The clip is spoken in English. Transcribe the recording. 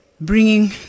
bringing